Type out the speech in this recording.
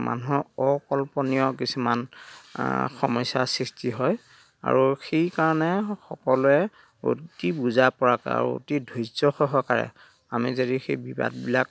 মানুহক অকল্পনীয় কিছুমান সমস্যা সৃষ্টি হয় আৰু সেই কাৰণে সকলোৱে অতি বুজা পৰাকে আৰু অতি ধৈৰ্য সহকাৰে আমি যদি সেই বিবাদ বিলাক